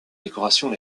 décorations